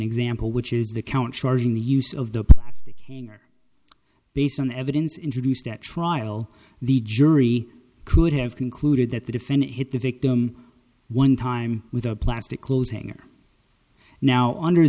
example which is the count charging the use of the plastic hanger based on the evidence introduced at trial the jury could have concluded that the defendant hit the victim one time with a plastic closing are now under